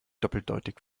doppeldeutig